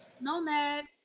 Nomad